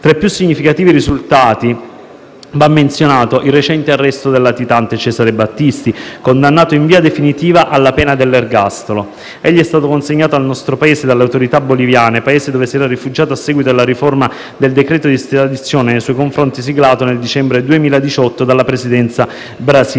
Tra i più significativi risultati va menzionato il recente arresto del latitante Cesare Battisti, condannato in via definitiva alla pena dell'ergastolo. Egli è stato consegnato al nostro Paese dalle autorità boliviane, Paese dove si era rifugiato a seguito alla riforma del decreto di estradizione nei suoi confronti, siglato nel dicembre 2018 dalla Presidenza brasiliana,